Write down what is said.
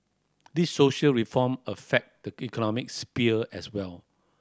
these social reform affect the economic sphere as well